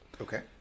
Okay